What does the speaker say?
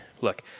look